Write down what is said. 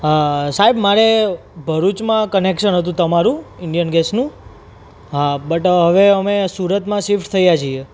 હા સાહેબ મારે ભરૂચમાં કનેકસન હતું તમારું ઇંડિયન ગેસનું હા બટ હવે અમે સુરતમાં સિફટ થયા છીએ